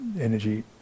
energy